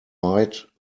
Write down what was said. bite